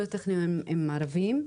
הם ערבים,